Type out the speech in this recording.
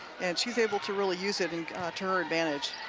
and she's able to really use it and to her advantage.